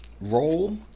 Roll